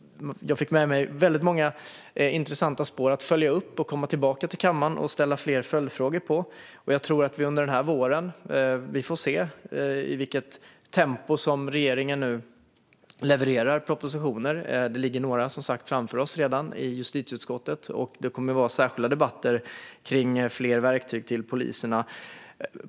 Jag fick med mig väldigt många intressanta spår att följa upp och komma tillbaka till kammaren och ställa följdfrågor om. Vi får se i vilket tempo regeringen levererar propositioner under våren. Några ligger som sagt redan framför oss i justitieutskottet, och vi kommer att ha särskilda debatter om fler verktyg till polisen.